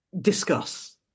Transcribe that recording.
discuss